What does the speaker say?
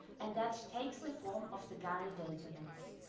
and that takes the form of the gari database.